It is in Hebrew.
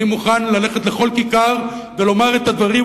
אני מוכן ללכת לכל כיכר ולומר את הדברים,